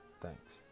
Thanks